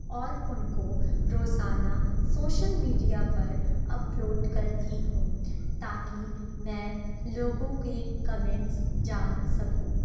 اور ان کو روزانہ سوشل میڈیا پر اپلوڈ کرتی ہوں تاکہ میں لوگوں کے کمنٹس جان سکوں